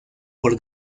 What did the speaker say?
por